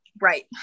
Right